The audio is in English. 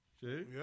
See